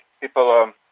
people